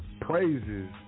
praises